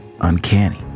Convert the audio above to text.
uncanny